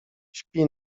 śpi